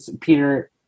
Peter